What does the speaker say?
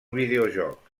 videojoc